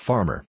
Farmer